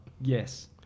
Yes